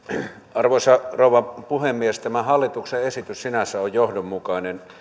arvoisa rouva puhemies tämä hallituksen esitys sinänsä on johdonmukainen